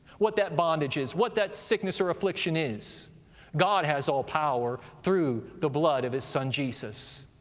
what that bondage is, what that sickness or affliction is god has all power through the blood of his son jesus.